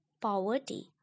Poverty